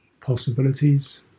possibilities